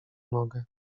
nogę